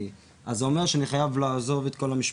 ואז זה אומר שאני חייב לעזוב את כל המשפחה,